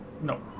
No